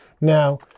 Now